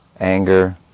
anger